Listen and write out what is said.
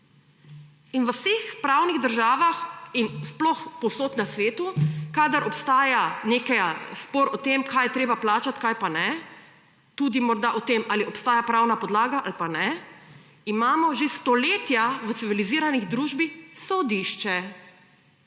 in v vseh pravnih državah in sploh povsod na svetu, kadar obstaja nek spor o tem, kaj je treba plačat, kaj pa ne, tudi morda o tem, ali obstaja pravna podlaga ali pa ne, imamo že stoletja v civilizirani družbi, sodišče.